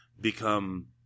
become